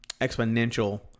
exponential